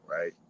right